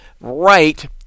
right